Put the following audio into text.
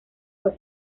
fue